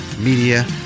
Media